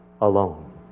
alone